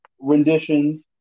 renditions